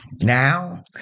Now